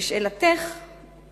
לשאלתך,